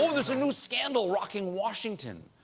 ah there's a new scandal rocking washington!